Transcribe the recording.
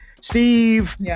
Steve